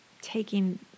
taking